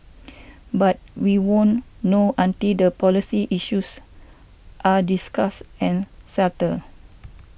but we won't know until the policy issues are discussed and sattled